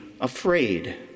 afraid